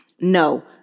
No